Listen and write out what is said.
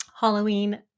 halloween